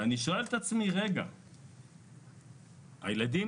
אני שואל את עצמי: עשרת הילדים